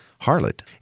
harlot